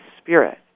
spirit